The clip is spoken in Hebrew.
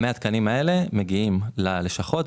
100 התקנים האלה מגיעים ללשכות.